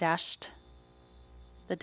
dashed the